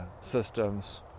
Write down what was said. systems